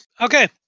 Okay